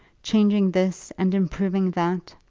changing this and improving that.